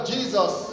Jesus